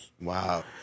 wow